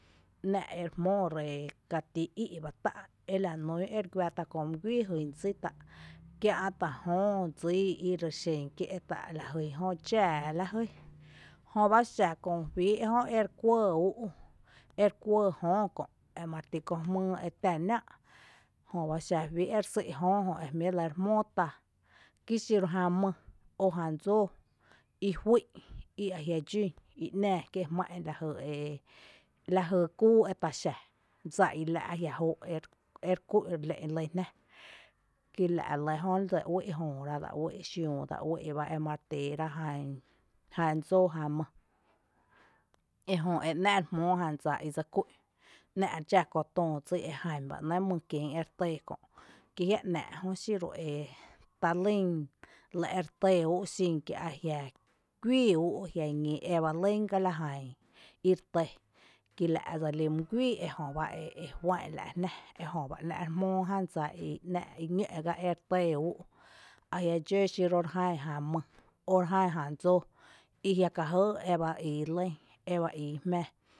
‘nⱥⱥ’ ere jmóo ree kati íi’ bá tá’ elanún ere guⱥ tá’ köö mý guíi e jýn dsí tá’ kiä’ tá’ jöö dsíí irexen kié’ tá’ lajyn jöö dxáaá lajyn, jöba xa köö juó jö ere kuɇɇ ú’u’ ere kuɇɇ jöö kö’ mareti köö jmýy e tⱥ nⱥⱥ’ jöba xa juí ere sý’ jöö jö e jmí’ re lɇ re jmóo tá kí xiru jan mý o jan dsóo i ju´’in’ i a jiⱥ dxún i nⱥⱥ kié’ jman’n lajy kúu etaxⱥ dsa ila’ a jia’ jóo’ ere kú’n re lé’n, kí la’ jö dse uí’i’ jööra, dse uí’i’ xiüü emare téera jan dsóo jan mý, ejö e ‘nⱥⱥ’ re jmóo jan dsa i dse kún’n nⱥⱥ’ redxá köö töö dsí ejan bá ‘nɇɇ’ mú kien ire tɇɇ’ kö’ kí jia ‘nⱥⱥ’ jö xiru talýn lɇ ere tɇɇ ú’ú’ xii’ sin que ajia’ kuíi ú’ú’ ajia’ ñí eba lýn gá la jan ire tɇɇ kí la’ dselí mý guíi ejöba e juá’n’ la’ jnⱥ ejö ba ‘nⱥⱥ’ re jmóo jan dsa i ñǿ’ gá ere tɇɇ úú’ ajia’ dxǿ xiroó ere ján jan mý o re ján jan dsóo i jia’ kajǿǿ eba íi lýn, eba íi jmé.